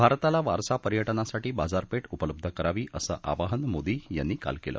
भारताला वारसा पर्यटनासाठी बाजारपेठ उपलब्ध करावी असं आवाहन मोदी यांनी काल केलं